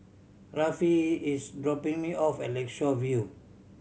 Rafe is dropping me off at Lakeshore View